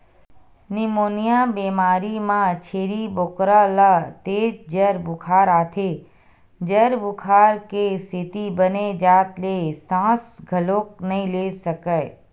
pneumonia बेमारी म छेरी बोकरा ल तेज जर बुखार आथे, जर बुखार के सेती बने जात ले सांस घलोक नइ ले सकय